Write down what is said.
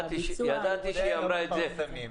את זה לא מפרסמים.